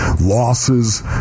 losses